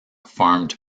farmed